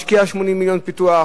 השקיעה 80 מיליון בפיתוח,